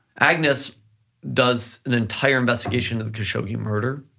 agnes does an entire investigation of the khashoggi murder,